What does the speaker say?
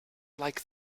like